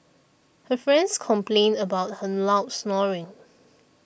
her friends complained about her loud snoring